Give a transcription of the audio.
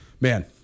Man